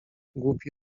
głupi